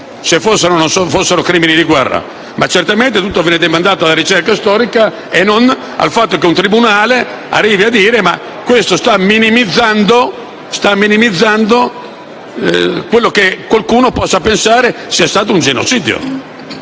se fossero o meno crimini di guerra, ma certamente definire questo viene demandato alla ricerca storica e non al fatto che un tribunale arrivi a dire che un soggetto sta minimizzando quello che qualcuno può pensare sia stato un genocidio.